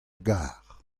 gar